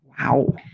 Wow